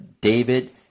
David